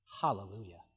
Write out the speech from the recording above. Hallelujah